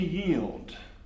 yield